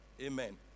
Amen